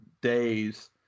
days